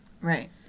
Right